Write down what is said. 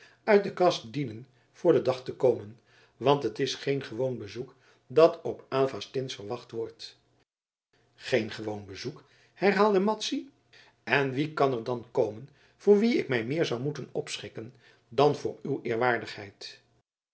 uit de kas dienen voor den dag te komen want het is geen gewoon bezoek dat op aylva stins verwacht wordt geen gewoon bezoek herhaalde madzy en wie kan er dan komen voor wien ik mij meer zou moeten opschikken dan voor uw eerwaardigheid